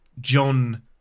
John